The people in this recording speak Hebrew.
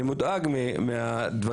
אני מודאג מהדברים